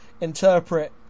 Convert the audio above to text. interpret